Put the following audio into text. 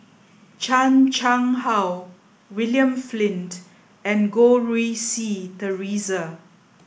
Chan Chang How William Flint and Goh Rui Si Theresa